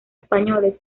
españoles